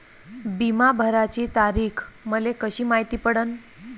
बिमा भराची तारीख मले कशी मायती पडन?